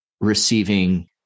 receiving